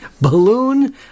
Balloon